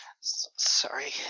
Sorry